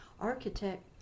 architect